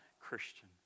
Christian